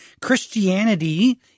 Christianity